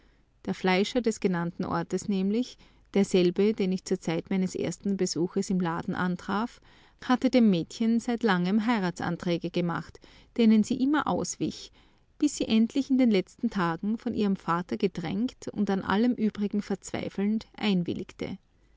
der fleischer des genannten ortes nämlich derselbe den ich zur zeit meines ersten besuches im laden antraf hatte dem mädchen seit lange heiratsanträge gemacht denen sie immer auswich bis sie endlich in den letzten tagen von ihrem vater gedrängt und an allem übrigen verzweifelnd einwilligte